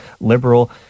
liberal